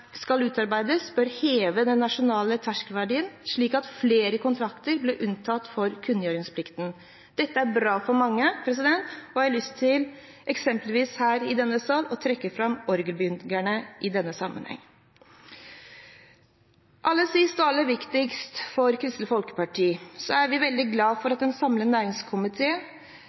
skal utarbeides, bør heve den nasjonale terskelverdien slik at flere kontrakter blir unntatt fra kunngjøringsplikten. Dette er bra for mange, og jeg har lyst til her i denne sal å trekke fram eksempelvis orgelbyggerne i denne sammenheng. Aller sist og aller viktigst for Kristelig Folkeparti: Vi er veldig glad for at en samlet